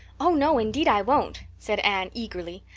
oh, no, indeed, i won't, said anne eagerly.